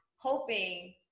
hoping